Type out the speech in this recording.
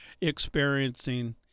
experiencing